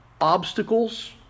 Obstacles